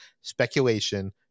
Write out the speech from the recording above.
speculation